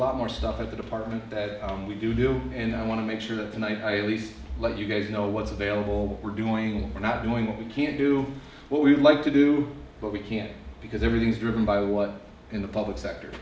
lot more stuff at the department that we do do and i want to make sure that can i please let you guys know what's available we're doing we're not doing what we can do what we'd like to do but we can't because everything's driven by what in the public sector